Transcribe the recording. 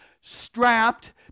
strapped